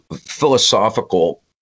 philosophical